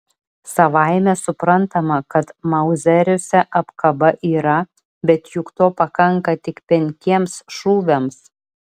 savaime suprantama kad mauzeriuose apkaba yra bet juk to pakanka tik penkiems šūviams